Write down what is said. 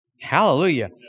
Hallelujah